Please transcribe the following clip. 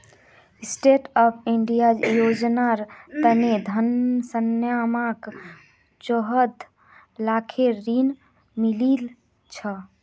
stand up India योजनार तने घनश्यामक चौदह लाखेर ऋण मिलील छ